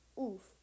oof